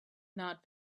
not